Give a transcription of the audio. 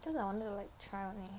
because I wanted like try only